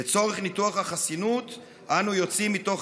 לצורך ניתוח החסינות אנו יוצאים מתוך